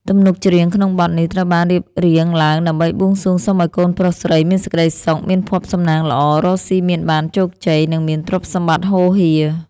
ទំនុកច្រៀងក្នុងបទនេះត្រូវបានរៀបរៀងឡើងដើម្បីបួងសួងសុំឱ្យកូនប្រុសស្រីមានសេចក្តីសុខ មានភ័ព្វសំណាងល្អ រកស៊ីមានបានជោគជ័យ និងមានទ្រព្យសម្បត្តិហូរហៀរ។